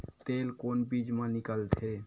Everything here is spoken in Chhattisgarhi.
तेल कोन बीज मा निकलथे?